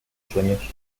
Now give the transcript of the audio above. sueños